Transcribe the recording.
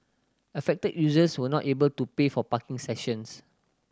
affected users were not able to pay for parking sessions